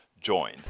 join